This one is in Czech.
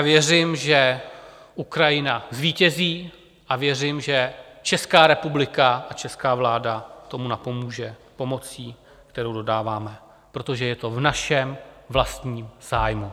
Věřím, že Ukrajina zvítězí, a věřím, že Česká republika a česká vláda tomu napomůže pomocí, kterou dodáváme, protože je to v našem vlastním zájmu.